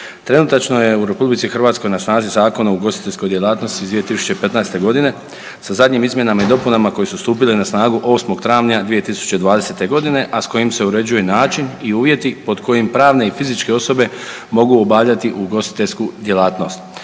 Trenutačno je u RH na snazi Zakon o ugostiteljskoj djelatnosti iz 2015. godine sa zadnjim izmjenama i dopunama koje su stupile na snagu 8. travnja 2020. godine, a s kojim se uređuje način i uvjeti pod kojim pravne i fizičke osobe mogu obavljati ugostiteljsku djelatnost.